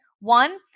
One